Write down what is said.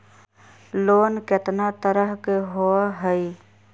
Loan केतना तरह के होअ हई?